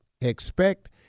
expect